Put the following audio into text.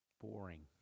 boring